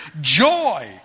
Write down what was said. joy